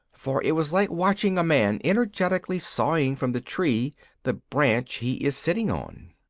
for it was like watching a man energetically sawing from the tree the branch he is sitting on.